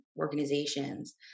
organizations